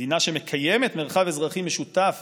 מדינה שמקיימת מרחב אזרחי משותף